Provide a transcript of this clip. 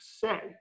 say